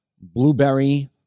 blueberry